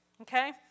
okay